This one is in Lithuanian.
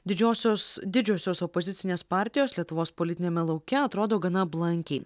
didžiosios didžiosios opozicinės partijos lietuvos politiniame lauke atrodo gana blankiai